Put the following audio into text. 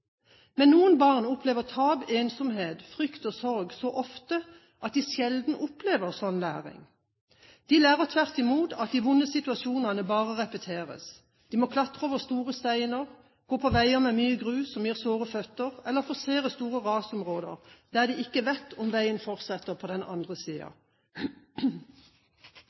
Men noen barn opplever tap, ensomhet, frykt og sorg så ofte at de sjelden opplever slik læring. De lærer tvert imot at de vonde situasjonene bare repeteres. De må klatre over store steiner, gå på veier med mye grus som gir såre føtter, eller forsere store rasområder der de ikke vet om veien fortsetter på den andre